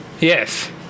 Yes